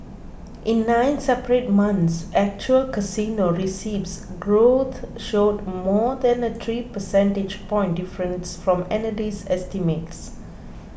in nine separate months actual casino receipts growth showed more than a three percentage point difference from analyst estimates